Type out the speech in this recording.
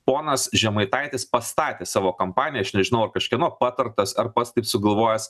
ponas žemaitaitis pastatė savo kampaniją aš nežinau ar kažkieno patartas ar pats taip sugalvojęs